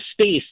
space